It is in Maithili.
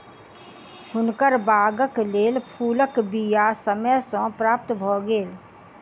हुनकर बागक लेल फूलक बीया समय सॅ प्राप्त भ गेल